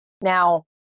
Now